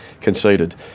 Conceded